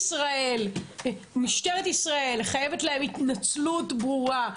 משטרת ישראל חייבת להם התנצלות ברורה.